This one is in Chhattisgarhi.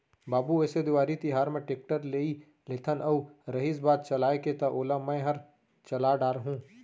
बाबू एसो देवारी तिहार म टेक्टर लेइ लेथन अउ रहिस बात चलाय के त ओला मैंहर चला डार हूँ